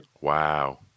Wow